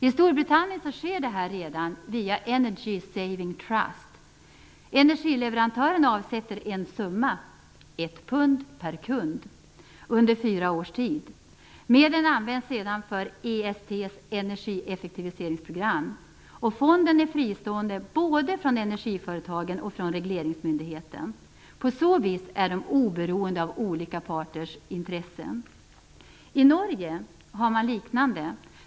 I Storbritannien sker detta redan via Energy Saving Trust. Energileverantören avsätter en summa, ett pund per kund, under fyra års tid. Medlen används sedan för EST:s energieffektiviseringsprogram. Fonden är fristående både från energiföretagen och från regleringsmyndigheten. På så vis är man oberoende av olika parters intressen. I Norge har man något liknande.